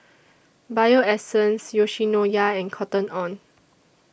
Bio Essence Yoshinoya and Cotton on